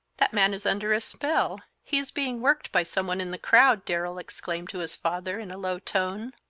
that man is under a spell he is being worked by some one in the crowd, darrell exclaimed to his father, in a low tone.